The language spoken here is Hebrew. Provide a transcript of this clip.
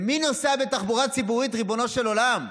מי נוסע בתחבורה הציבורית, ריבונו של עולם?